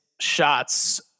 shots